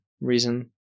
reason